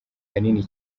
kanini